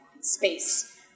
space